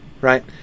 right